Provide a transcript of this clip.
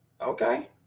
Okay